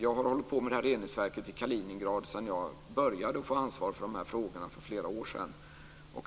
Jag har hållit på med reningsverket i Kaliningrad sedan jag började att få ansvar för de här frågorna för flera år sedan.